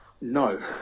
No